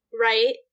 right